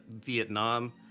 Vietnam